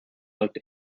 looked